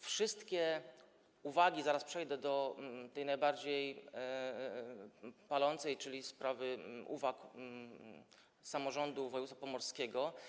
Wszystkie uwagi - zaraz przejdę do tej najbardziej palącej, czyli do sprawy uwag samorządu województwa pomorskiego.